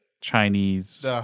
Chinese